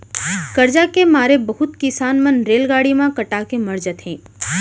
करजा के मारे बहुत किसान मन रेलगाड़ी म कटा के मर जाथें